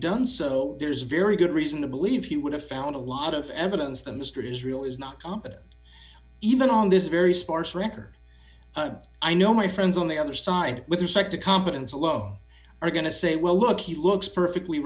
done so there's a very good reason to believe he would have found a lot of evidence that mr israel is not competent even on this very sparse record i know my friends on the other side with respect to competence low are going to say well look he looks perfectly